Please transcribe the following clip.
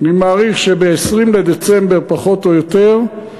אני מעריך שב-20 בדצמבר, פחות או יותר,